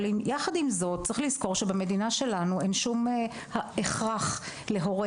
אבל יחד עם זאת צריך לזכור שבמדינה שלנו אין שום הכרח להורה